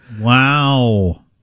Wow